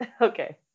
okay